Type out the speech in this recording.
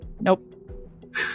Nope